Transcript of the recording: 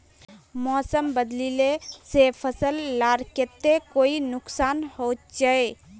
मौसम बदलिले से फसल लार केते कोई नुकसान होचए?